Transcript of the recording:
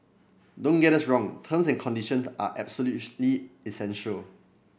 don't get us wrong terms and conditions are absolutely essential